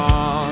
on